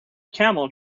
camel